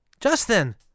justin